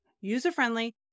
user-friendly